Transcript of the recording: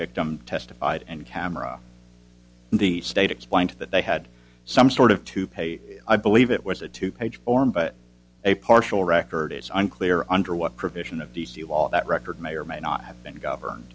victim testified and camera in the state explained that they had some sort of to pay i believe it was a two page form but a partial record it's unclear under what provision of d c law that record may or may not have been govern